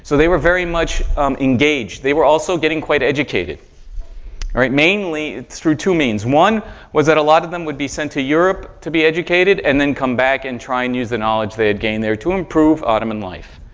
so they were very much engaged. they were also getting quite educated, all right, mainly through two means. one was that a lot of them would be sent to europe to be educated and then come back and try and use the knowledge they had gained there to improve ottoman life.